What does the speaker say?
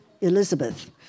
Elizabeth